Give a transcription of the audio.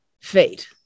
fate